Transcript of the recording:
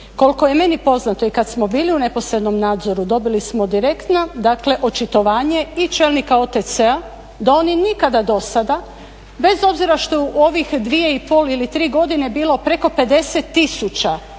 Koliko je meni poznato i kad smo bili u neposrednom nadzoru dobili smo direktno dakle očitovanje i čelnika OTC-a da oni nikada dosada bez obzira što u ovih 2,5 ili 3 godine je bilo preko 50 tisuća